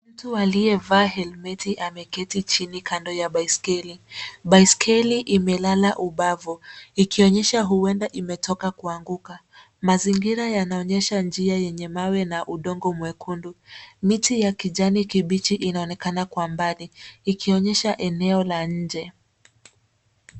Mtu aliyevaa helmeti ameketi chini kando ya baiskeli. Baiskeli imelala ubavu ikionyesha huenda imetoka kuanguka. Mazingira yanaonyesha njia yenye mawe na udongo mwekundu. Miti ya kijani kibichi inaonekana kwa mbali ikionyesha eneo la nje.